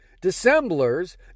dissemblers